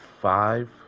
five